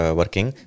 working